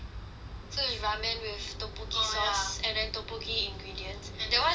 so is ramen with tteokbokki sauce and then tteokbokki ingredients that [one] is nice